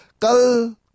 kal